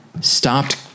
stopped